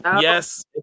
yes